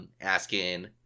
asking